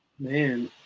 Man